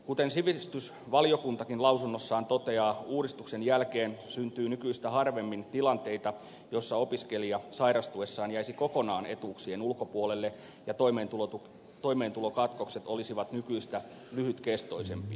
kuten sivistysvaliokuntakin lausunnossaan toteaa uudistuksen jälkeen syntyy nykyistä harvemmin tilanteita joissa opiskelija sairastuessaan jäisi kokonaan etuuksien ulkopuolelle ja toimeentulokatkokset olisivat nykyistä lyhytkestoisempia